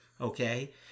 okay